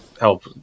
help